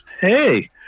Hey